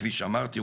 כפי שאמרתי,